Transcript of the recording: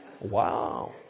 Wow